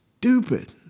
stupid